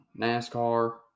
NASCAR